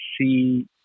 see